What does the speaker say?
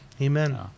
Amen